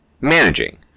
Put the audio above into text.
managing